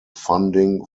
funding